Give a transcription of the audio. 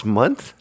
month